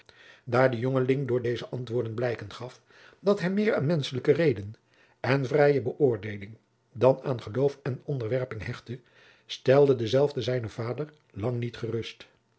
daar de jongeling door deze antwoorden blijken gaf dat hij meer aan menschelijke reden en vrije beoordeeling dan aan geloof en onderwerping hechtte stelden dezelve zijnen vader lang niet gerust